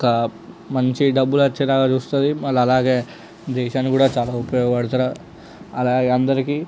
ఒక మంచి డబ్బులు వచ్చేలా చూస్తుంది మళ్ళీ అలాగే దేశాన్ని కూడా చాలా ఉపయోగపడతారు అలాగే అందరికీ